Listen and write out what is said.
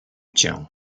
cię